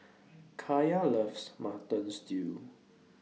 Kaya loves Mutton Stew